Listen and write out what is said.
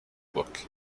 book